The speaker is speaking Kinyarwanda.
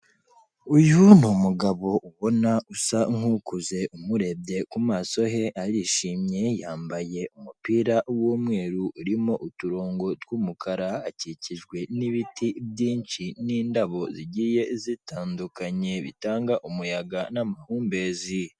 Uyu ni umugabo ubona usa nk'ukuze, umurebye ku maso he arishimye, yambaye umupira w'umweru, urimo uturongo tw'umukara, akikijwe n'ibiti byinshi n'indabo zigiye zitandukanye, bitanga umuyaga n'amahumbezi.